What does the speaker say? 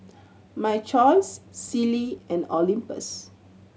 My Choice Sealy and Olympus